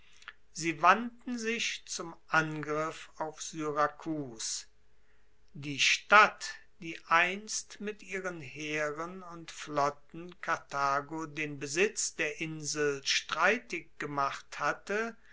sie wandten sich zum angriff auf syrakus die stadt die einst mit ihren heeren und flotten karthago den besitz der insel streitig gemacht hatte